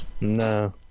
No